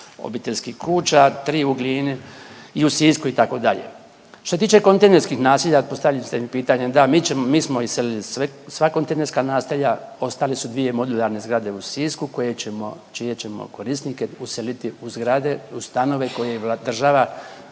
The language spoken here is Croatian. obiteljskih kuća, 3 u Glini i u Sisku itd. Što se tiče kontejnerskih naselja postavili ste mi pitanje. Da, mi smo iselili sva kontejnerska naselja. Ostale su dvije modularne zgrade u Sisku koje ćemo, čije ćemo korisnike useliti u zgrade, u stanove koje država